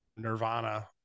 Nirvana